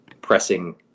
pressing